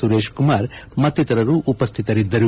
ಸುರೇಶ್ ಕುಮಾರ್ ಮತ್ತಿತರರು ಉಪಸ್ಠಿತರಿದ್ದರು